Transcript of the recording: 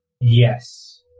Yes